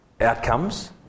outcomes